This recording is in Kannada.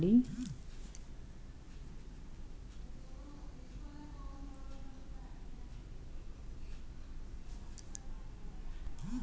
ಆಸ್ಕೋಸ್ಫೇರಾ ಆಪಿಸ್ ಶಿಲೀಂಧ್ರ ರೋಗವನ್ನು ಉಂಟುಮಾಡಿ ಜೇನುನೊಣಗಳ ಸಂಸಾರದ ಮೇಲೆ ಮಾತ್ರ ಪರಿಣಾಮ ಬೀರ್ತದೆ